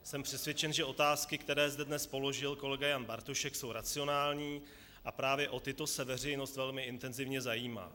Jsem přesvědčen, že otázky, které zde dnes položil kolega Jan Bartošek, jsou racionální, a právě o tyto se veřejnost velmi intenzivně zajímá.